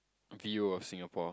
view of Singapore